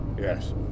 Yes